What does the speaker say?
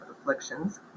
afflictions